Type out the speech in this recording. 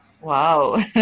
wow